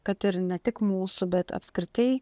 kad ir ne tik mūsų bet apskritai